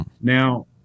Now